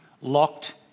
locked